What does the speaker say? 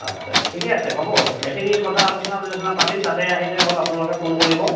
আচ্ছা ঠিকে আছে হ'ব এইখিনি কথা আলোচনা বিলোচনা পাতিম তাতে আহিলেই হ'ল আপোনালোকে ফোন কৰিব